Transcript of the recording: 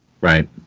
Right